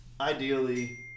ideally